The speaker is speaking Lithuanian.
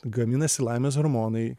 gaminasi laimės hormonai